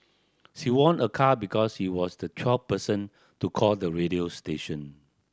she won a car because he was the twelfth person to call the radio station